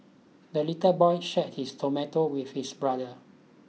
the little boy shared his tomato with his brother